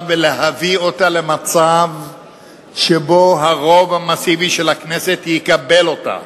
ולהביא אותה למצב שבו הרוב המסיבי של הכנסת יקבל אותה.